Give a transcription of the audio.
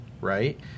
right